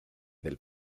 del